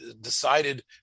decided